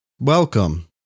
welcome